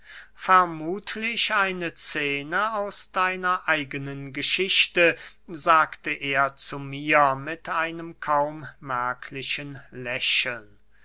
vermuthlich eine scene aus deiner eigenen geschichte sagte er zu mir mit einem kaum merklichen lächeln